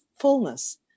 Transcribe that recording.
fullness